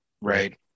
right